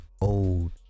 old